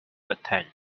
attend